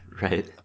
right